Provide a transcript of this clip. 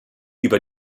über